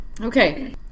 okay